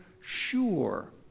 sure